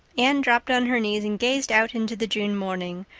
anne dropped on her knees and gazed out into the june morning,